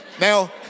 Now